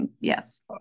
Yes